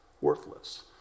Worthless